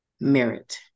merit